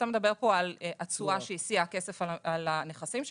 אתה מדבר פה על התשואה שהשיאה כסף על הנכסים שלה.